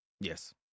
Yes